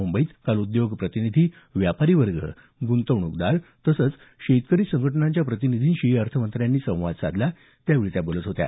मुंबईत काल उद्योग प्रतिनिधी व्यापारी वर्ग ग्रंतवणूकदार तसंच शेतकरी संघटनांच्या प्रतिनिधींशी अर्थमंत्र्यांनी संवाद साधला त्यावेळी त्या बोलत होत्या